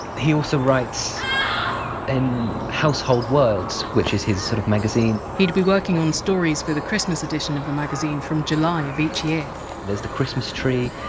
he also writes in household words, which is his sort of magazine he'd be working on stories for the christmas edition of the magazine from july of each year there's the christmas tree,